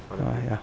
ah ya